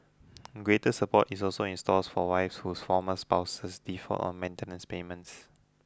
greater support is also in stores for wives whose former spouses default on maintenance payments